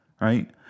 right